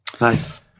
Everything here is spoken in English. nice